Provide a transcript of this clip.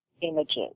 images